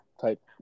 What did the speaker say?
type